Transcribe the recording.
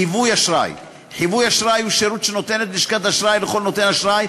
חיווי אשראי חיווי אשראי הוא שירות שנותנת לשכת אשראי לכל נותן אשראי,